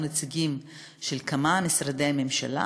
נציגים של כמה משרדי ממשלה,